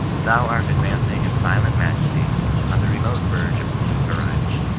thou art advancing in silent majesty on the remote verge of the blue horiztm.